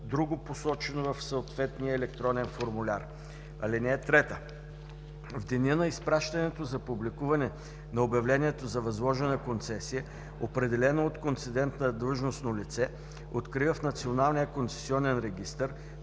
друго, посочено в съответния електронен формуляр. (3) В деня на изпращането за публикуване на обявлението за възложена концесия, определено от концедента длъжностно лице открива в Националния концесионен регистър